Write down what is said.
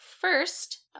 first